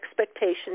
expectations